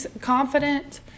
confident